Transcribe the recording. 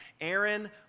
Aaron